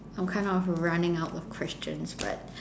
I'm kind of running out of questions but